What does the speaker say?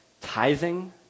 tithing